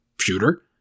shooter